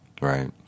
right